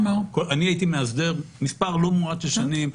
אני הייתי מאסדר מספר לא מועט של שנים.